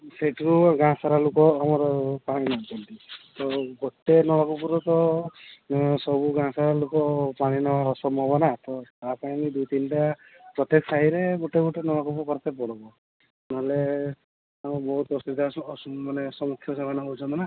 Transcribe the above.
ସେଇଠୁ ଏକା ଗାଁସାରା ଆମର ଲୋକ ପାଣି ନେଉଛନ୍ତି ତ ଗୋଟେ ନଳକୂପରୁ ତ ସବୁ ଗାଁସାରା ଲୋକର ପାଣି ନେବାର ଅସମ୍ଭବ ନା ତ ତା ପାଇଁ ବି ଦୁଇ ତିନଟା ପ୍ରତ୍ୟେକ ସାହିରେ ଗୋଟେ ଗୋଟେ ନଳକୂପ କରତେ ପଡ଼ିବ ନହେଲେ ଆମେ ବହୁତ ଅସୁବିଧାର ମାନେ ସମ୍ମୁଖୀନ ହେଉଛନ୍ତି ନା